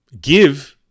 give